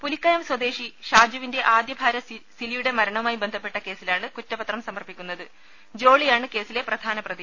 പുലിക്കയം സ്വദേശി ഷാജുവിന്റെ ആദ്യ ഭാര്യ സിലിയുടെ മരണവുമായി ബസപ്പെട്ട കേസിലാണ് കുറ്റപത്രം സമർപ്പിക്കുന്നത് ജോളിയാണ് കേസിലെ പ്രധാന പ്രതി